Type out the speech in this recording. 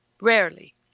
rarely